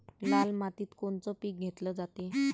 लाल मातीत कोनचं पीक घेतलं जाते?